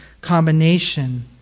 combination